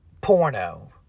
porno